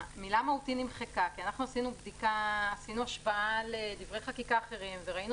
"מהותי" נמחקה כי אנחנו עשינו השוואה לדברי חקיקה אחרים וראינו